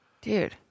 Dude